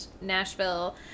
Nashville